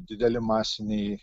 dideli masiniai